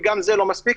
וגם זה לא מספיק,